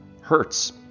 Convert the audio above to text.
hurts